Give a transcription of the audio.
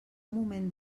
moment